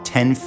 Ten